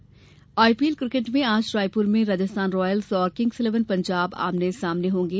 IPL IPL cricket में आज जयपुर में राजस्थान रॉयल्स और किंग्स इलेवन पंजाब आमने सामने होंगे